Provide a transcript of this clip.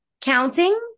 counting